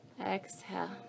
Exhale